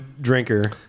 drinker